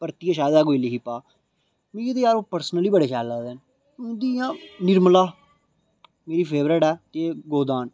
परतियै शायद गै कोई लिखी पा मिगी ते यार ओह् पर्सनली बड़े शैल लगदे न हून जि'यां निर्मला उं'दी फैबरट ऐ गोदान